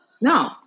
No